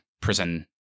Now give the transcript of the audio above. prison